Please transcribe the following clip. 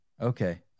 Okay